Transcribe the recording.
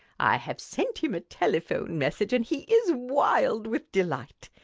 i have sent him a telephone message and he is wild with delight.